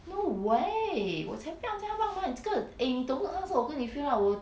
no way 我才不要叫她帮忙你这个 eh 你懂不懂上次我跟你 fill up 我